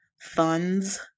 funds